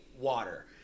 water